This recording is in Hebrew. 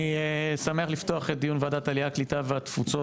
אני שמח לפתוח את דיון ועדת העלייה הקליטה והתפוצות,